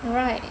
right